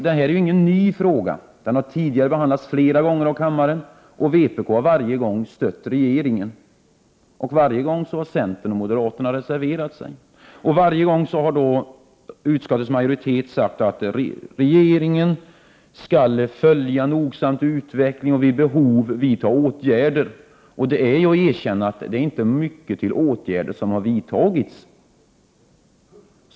Detta är ingen ny fråga. Den har tidigare behandlats flera gånger av kammaren. Vpk har varje gång stött regeringen, och centerpartiet och moderata samlingspartiet har reserverat sig. Utskottets majoritet har varje gång sagt: Regeringen skall noga följa utvecklingen och vid behov vidta åtgärder. Detta är ett erkännande att det inte är mycket till åtgärder som har vidtagits.